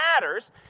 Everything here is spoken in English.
matters